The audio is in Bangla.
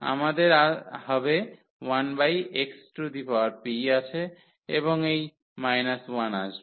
আমাদের have 1xp আছে এবং এই 1 আসবে